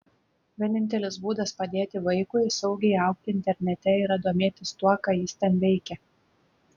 vienintelis būdas padėti vaikui saugiai augti internete yra domėtis tuo ką jis ten veikia